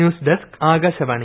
news desk Akashvani